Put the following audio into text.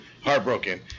Heartbroken